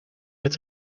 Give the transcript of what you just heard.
met